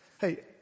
Hey